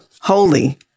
holy